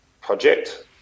project